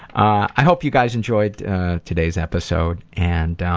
i hope you guys enjoyed today's episode and